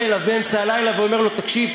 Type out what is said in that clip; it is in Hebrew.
אליו באמצע הלילה ואומר לו: תקשיב,